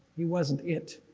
he wasn't it.